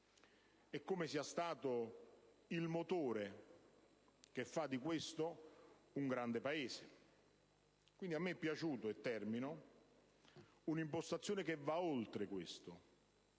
di come sia stato il motore che fa di questo un grande Paese. Quindi, a me è piaciuta - e termino - un'impostazione che va oltre questo,